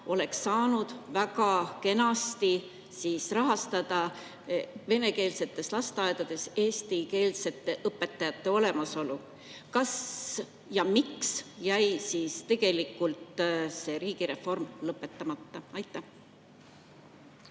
oleks saanud väga kenasti rahastada venekeelsetes lasteaedades eestikeelsete õpetajate [palkamist]. Miks jäi siis tegelikult see riigireform lõpetamata? Aitäh